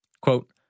Quote